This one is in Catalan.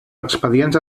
expedients